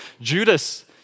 Judas